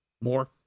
More